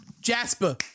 Jasper